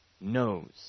knows